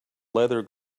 leather